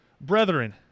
brethren